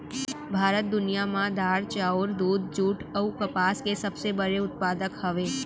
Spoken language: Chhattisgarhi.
भारत दुनिया मा दार, चाउर, दूध, जुट अऊ कपास के सबसे बड़े उत्पादक हवे